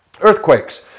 Earthquakes